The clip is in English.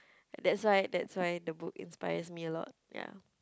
that's why that's why the book inspires me a lot ya